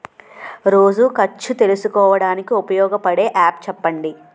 రోజు ఖర్చు తెలుసుకోవడానికి ఉపయోగపడే యాప్ చెప్పండీ?